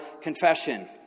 confession